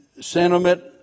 sentiment